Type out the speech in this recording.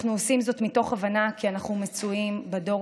אנחנו עושים זאת מתוך הבנה כי אנחנו מצויים בדור